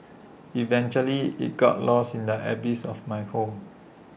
eventually IT got lost in the abyss of my home